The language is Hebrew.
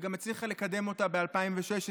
וגם הצליחה לקדם אותה ב-2016,